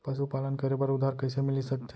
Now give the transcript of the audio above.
पशुपालन करे बर उधार कइसे मिलिस सकथे?